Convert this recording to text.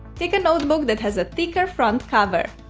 take a notebook that has a thicker front cover.